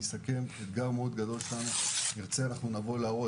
אם תרצו נבוא להראות,